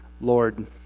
Lord